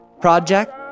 project